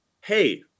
hey